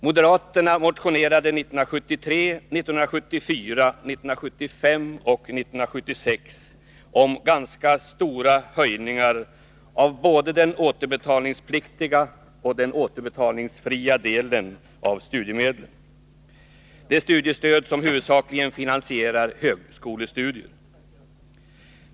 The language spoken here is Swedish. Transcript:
Moderaterna motionerade 1973, 1974, 1975 och 1976 om ganska stora höjningar av både den återbetalningspliktiga och den återbetalningsfria delen av studiemedlen. Det gäller det studiestöd som huvudsakligen finansierar högskolestudierna för de studerande.